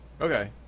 Okay